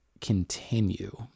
continue